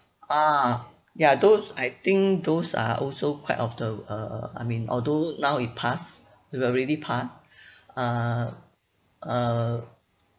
ah ya those I think those are also quite of the uh I mean although now it passed we already passed uh uh